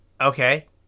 Okay